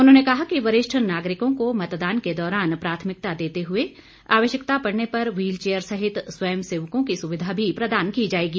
उन्होंने कहा कि वरिष्ठ नागरिकों को मतदान के दौरान प्राथमिकता देते हुए आवश्यकता पड़ने पर व्हील चेयर सहित स्वयं सेवकों की सुविधा भी प्रदान की जाएगी